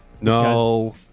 No